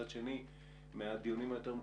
מצד שני מהדיונים היותר מתסכלים.